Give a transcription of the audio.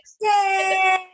Yay